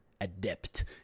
adept